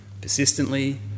Persistently